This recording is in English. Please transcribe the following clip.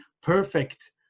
perfect